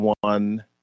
one